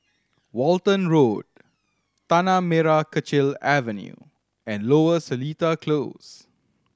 Walton Road Tanah Merah Kechil Avenue and Lower Seletar Close